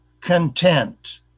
content